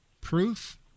proof